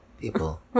People